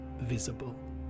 visible